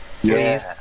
please